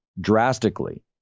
drastically